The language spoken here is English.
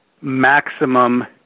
maximum